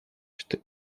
что